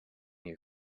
you